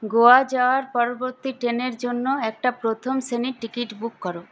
গোয়া যাওয়ার পরবর্তী ট্রেনের জন্য একটা প্রথম শ্রেণীর টিকিট বুক কর